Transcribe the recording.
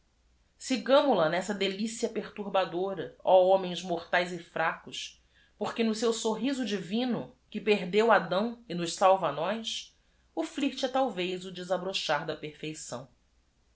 guia igmol a nessa delicia perturba dora ó homens mortaes e fracos porque no seu sorriso divino enb perdeu dão e nos salva a nós o flirt é talvez o desabrochar da perfeição